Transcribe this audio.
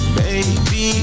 baby